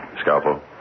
Scalpel